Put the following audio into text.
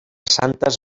santes